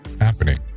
happening